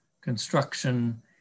construction